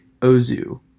Ozu